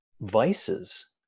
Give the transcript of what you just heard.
vices